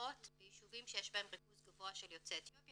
במרפאות בישובים שיש בהן ריכוז גבוה של יוצאי אתיופיה,